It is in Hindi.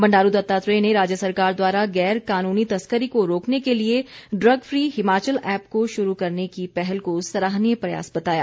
बंडारू दत्तात्रेय ने राज्य सरकार द्वारा गैर कानूनी तस्करी को रोकने के लिए ड्रग फ्री हिमाचल ऐप को शुरू करने की पहल को सराहनीय प्रयास बताया